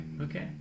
okay